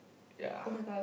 ya